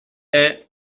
est